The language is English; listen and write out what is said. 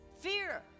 Fear